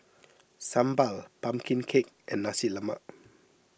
Sambal Pumpkin Cake and Nasi Lemak